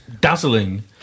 dazzling